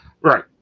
Right